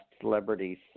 celebrities